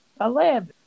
Eleven